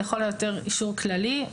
לכל היותר אישור כללי.